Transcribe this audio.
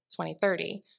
2030